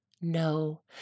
No